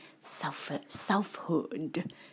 selfhood